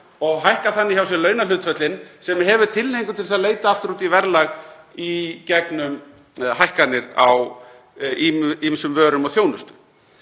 og hækka þannig hjá sér launahlutföllin, sem hefur tilhneigingu til að leita aftur út í verðlag í gegnum hækkanir á ýmsum vörum og þjónustu.